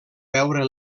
veure